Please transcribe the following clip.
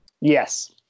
Yes